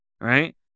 Right